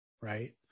right